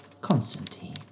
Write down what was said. Constantine